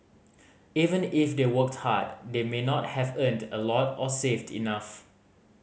even if they worked hard they may not have earned a lot or saved enough